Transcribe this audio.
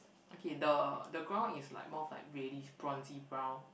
okay the the ground is like more of like reddish bronzy brown